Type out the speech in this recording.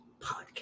podcast